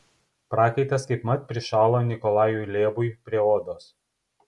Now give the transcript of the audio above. prakaitas kaipmat prišalo nikolajui lėbui prie odos